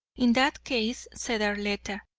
in that case, said arletta,